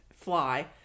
fly